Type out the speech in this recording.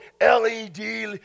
LED